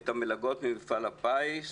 את המלגות ממפעל הפיס,